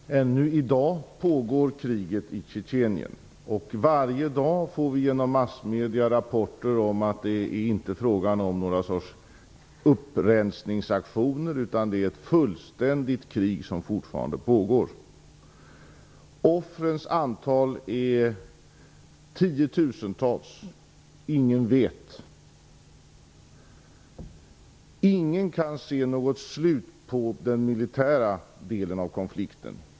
Herr talman! Ännu i dag pågår kriget i Tjetjenien. Varje dag får vi genom massmedier rapporter om att det inte är frågan om någon sorts upprensningsaktioner, utan det är ett fullständigt krig som fortfarande pågår. Offrens antal är tiotusentals - ingen vet. Ingen kan se något slut på den militära delen av konflikten.